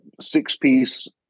six-piece